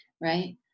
Right